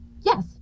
Yes